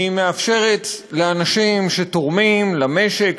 היא מאפשרת לאנשים שתורמים למשק,